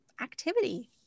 activity